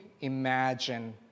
imagine